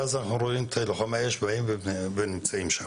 ואז אנחנו רואים את לוחמי האש באים ונמצאים שם.